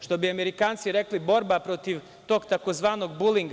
Što bi Amerikanci rekli – borba protiv tog tzv. bulinga.